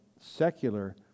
secular